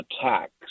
attacks